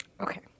Okay